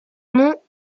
monts